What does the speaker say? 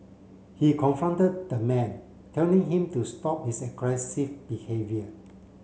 he confronted the man telling him to stop his aggressive behaviour